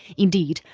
indeed,